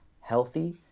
healthy